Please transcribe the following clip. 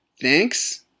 thanks